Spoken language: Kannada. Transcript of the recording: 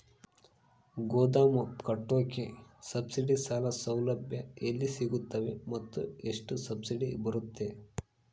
ಗೋದಾಮು ಕಟ್ಟೋಕೆ ಸಬ್ಸಿಡಿ ಸಾಲ ಸೌಲಭ್ಯ ಎಲ್ಲಿ ಸಿಗುತ್ತವೆ ಮತ್ತು ಎಷ್ಟು ಸಬ್ಸಿಡಿ ಬರುತ್ತೆ?